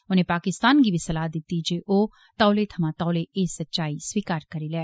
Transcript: उनें पाकिस्तान गी बी सलाह दित्ती जे ओह तौले थमां तौले एह् सच्चाई स्वीकार करी लै